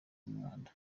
n’umwanda